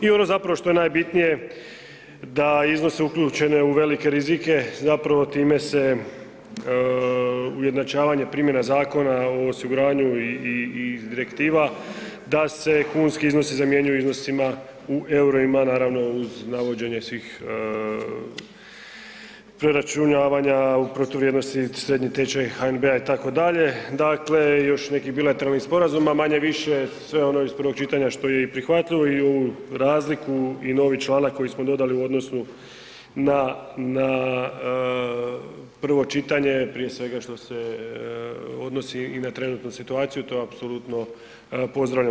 I ono zapravo što je najbitnije da iznose uključene u velike rizike time se ujednačavanje primjena zakona o osiguranju i direktiva da se kunski iznosi zamjenjuju iznosima u eurima, naravno uz navođenje svih preračunavanja u protuvrijednosti srednji tečaj HNB-a itd., dakle i još nekih bilateralnih sporazuma, pa manje-više sve ono iz prvog čitanja što je i prihvatljivo i ovu razliku i novi članak koji smo dodali u odnosu na prvo čitanje, prije svega što se odnosi i na trenutnu situaciju to apsolutno pozdravljamo.